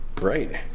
Right